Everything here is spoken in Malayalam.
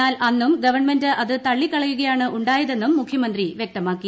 എന്നാൽ അന്നും ഗവൺമെന്റ് അത് തള്ളിക്കളയുകയാണ് ഉണ്ടായതെന്നും മുഖ്യമന്ത്രി വൃക്തമാക്കി